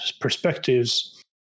perspectives